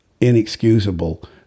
inexcusable